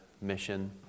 mission